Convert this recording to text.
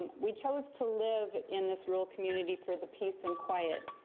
and we chose to live in this rural community for the peace and quiet.